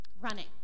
running